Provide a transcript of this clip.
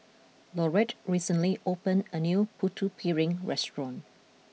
Laurette recently opened a new Putu Piring restaurant